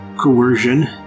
coercion